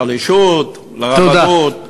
לשלישות, לרבנות, תודה.